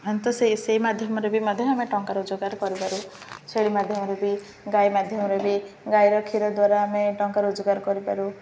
ହଁ ତ ସେଇ ସେଇ ମାଧ୍ୟମରେ ବି ମଧ୍ୟ ଆମେ ଟଙ୍କା ରୋଜଗାର କରିପାରୁ ଛେଳି ମାଧ୍ୟମରେ ବି ଗାଈ ମାଧ୍ୟମରେ ବି ଗାଈର କ୍ଷୀର ଦ୍ୱାରା ଆମେ ଟଙ୍କା ରୋଜଗାର କରିପାରୁ